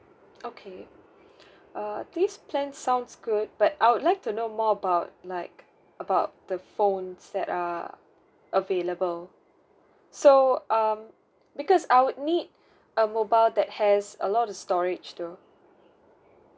okay uh this plan sounds good but I would like to know more about like about the phones that are available so um because I would need a mobile that has a lot of storage though